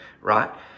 Right